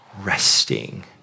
resting